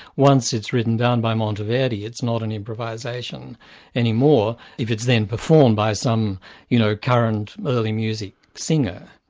once it's written down by monteverdi, it's not an improvisation any more if it's then performed by some you know current early music singer.